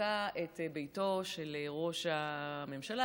מחזיקה את ביתו של ראש הממשלה.